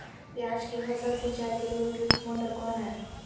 प्याज की फसल सिंचाई के लिए उपयुक्त मोटर कौन है?